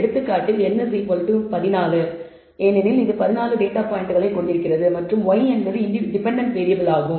எடுத்துக்காட்டில் n14 data பாயிண்ட்கள் மற்றும் y என்பது டெபென்டென்ட் வேறியபிளாகும்